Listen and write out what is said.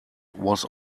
was